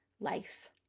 life